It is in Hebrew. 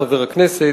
חבר הכנסת,